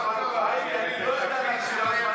אני לא יודע להקפיד על הזמנים.